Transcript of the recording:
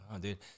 Dude